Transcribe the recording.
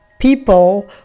people